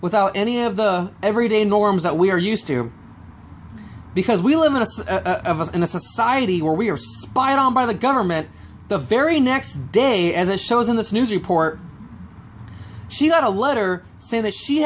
without any of the everyday norms that we're used to because we live in a in a society where we are spied on by the government the very next day as it shows in this news report she got a letter saying that she